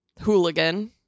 Hooligan